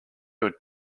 your